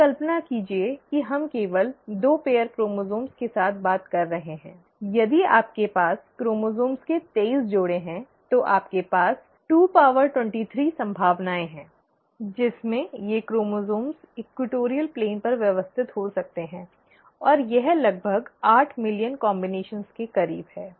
अब कल्पना कीजिए कि हम केवल दो जोड़े क्रोमोसोम्स के साथ बात कर रहे हैं यदि आपके पास क्रोमोसोम्स के तेईस जोड़े हैं तो आपके पास 223 संभावनाएँ हैं जिसमें ये क्रोमोसोम्स ईक्वटॉरीअल प्लेन पर व्यवस्थित हो सकते हैं और यह लगभग आठ मिलियन संयोजनों के करीब है